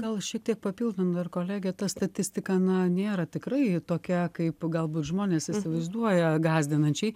gal šiek tiek papildant dabar kolegę ta statistika na nėra tikrai tokia kaip galbūt žmonės įsivaizduoja gąsdinančiai